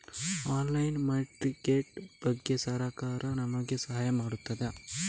Online market ಬಗ್ಗೆ ಸರಕಾರ ನಮಗೆ ಸಹಾಯ ಮಾಡುತ್ತದೆ?